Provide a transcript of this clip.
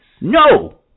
No